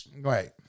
Right